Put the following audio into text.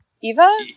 Eva